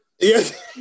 yes